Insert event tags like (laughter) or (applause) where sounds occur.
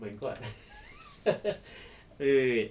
bankrupt aku (laughs) wait wait wait